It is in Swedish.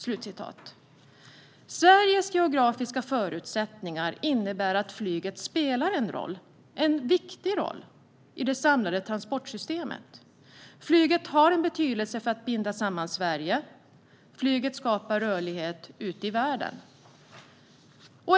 Sveriges geografiska förutsättningar innebär att flyget spelar en viktig roll i det samlade transportsystemet. Flyget har betydelse för att binda samman Sverige. Flyget skapar rörlighet ut i världen.